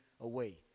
away